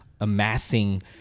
amassing